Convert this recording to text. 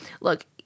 look